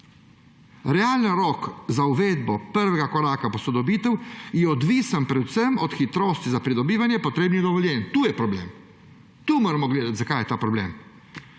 Realen rok za uvedbo prvega koraka posodobitev je odvisen predvsem od hitrosti za pridobivanje potrebnih dovoljenj, …«– tu je problem, tu moramo gledati, zakaj je ta problem